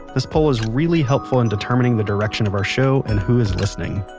this poll is really helpful in determining the direction of our show and who is listening